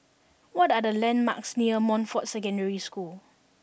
what are the landmarks near Montfort Secondary School